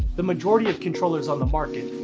the majority of controllers on the market,